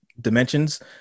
dimensions